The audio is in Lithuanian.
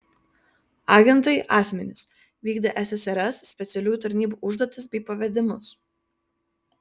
agentai asmenys vykdę ssrs specialiųjų tarnybų užduotis bei pavedimus